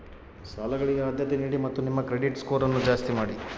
ಸಾಲಗಳಿಗೆ ಆದ್ಯತೆ ನೀಡಿ ಮತ್ತು ನಿಮ್ಮ ಕ್ರೆಡಿಟ್ ಸ್ಕೋರನ್ನು ಜಾಸ್ತಿ ಮಾಡಿ